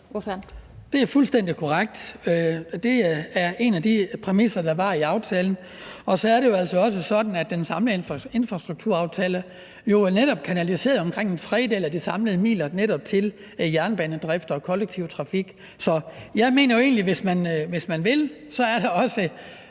Det er fuldstændig korrekt. Det er en af de præmisser, der var i aftalen. Og så er det jo altså også sådan, at den samme infrastrukturaftale netop kanaliserede omkring en tredjedel af de samlede midler til netop jernbanedrift og kollektiv trafik. Så jeg mener jo egentlig, at hvis man vil, er der også